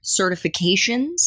certifications